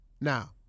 Now